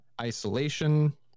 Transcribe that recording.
isolation